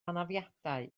anafiadau